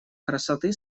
красоты